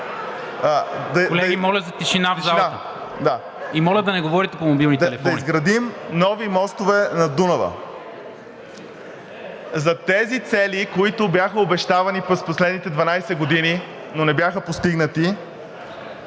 Колеги, моля за тишина в залата. И моля да не говорите по мобилните телефони. КИРИЛ ПЕТКОВ: Да изградим нови мостове над Дунава. За тези цели, които бяха обещавани през последните 12 години, но не бяха постигнати,